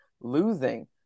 losing